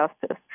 justice